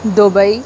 Dubai